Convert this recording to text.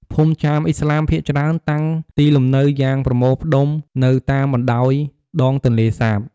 ភូមិចាមឥស្លាមភាគច្រើនតាំងទីលំនៅយ៉ាងប្រមូលផ្តុំនៅតាមបណ្ដោយ ដងទន្លេសាប។